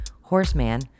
Horseman